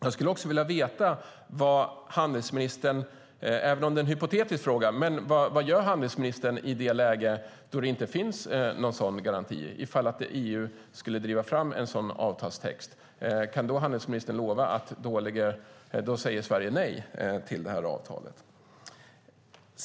Jag skulle också vilja veta, även om det är en hypotetisk fråga, vad handelsministern gör i det läge då det inte finns någon sådan garanti. Ifall EU skulle driva fram en sådan avtalstext, kan då handelsministern lova att Sverige säger nej till avtalet?